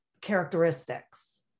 characteristics